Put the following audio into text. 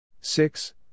six